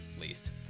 least